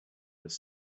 was